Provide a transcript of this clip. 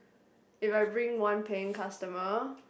if I bring one paying customer